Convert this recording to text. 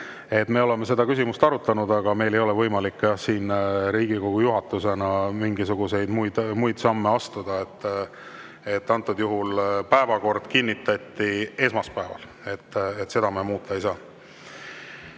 Me oleme seda küsimust arutanud, aga meil ei ole võimalik Riigikogu juhatusena siin mingisuguseid muid samme astuda. Päevakord kinnitati esmaspäeval, seda me muuta ei saa.